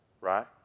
right